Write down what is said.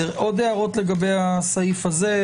עוד הערות לגבי הסעיף הזה?